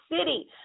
city